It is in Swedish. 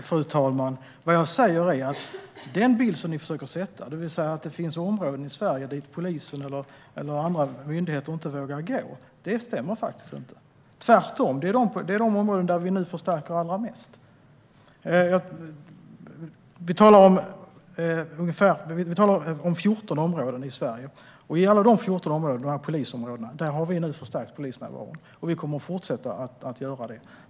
Fru talman! Nej, vad jag säger, Sara-Lena Bjälkö, är: Den bild som ni försöker sprida, det vill säga att det finns områden i Sverige dit polisen eller andra myndigheter inte vågar gå, stämmer faktiskt inte. Det är tvärtom. Det är i dessa områden som vi nu förstärker allra mest. Vi talar om 14 områden i Sverige. I alla de 14 polisområdena har vi nu förstärkt polisnärvaron, och vi kommer att fortsätta att göra det.